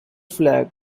flag